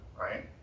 right